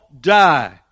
die